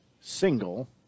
single